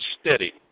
steady